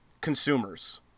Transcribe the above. consumers